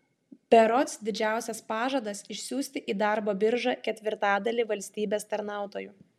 berods didžiausias pažadas išsiųsti į darbo biržą ketvirtadalį valstybės tarnautojų